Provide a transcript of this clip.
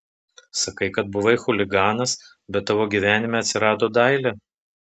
sakai kad buvai chuliganas bet tavo gyvenime atsirado dailė